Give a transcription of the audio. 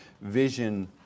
vision